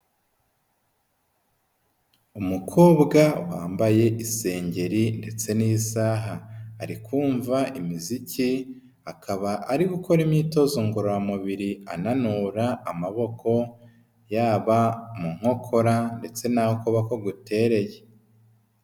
Umukobwa wambaye isengeri ndetse n'isaha, ari kumva imiziki, akaba ari gukora imyitozo ngororamubiri, ananura amaboko, yaba mu nkokora ndetse n'aho ukuboko gutereye.